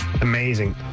amazing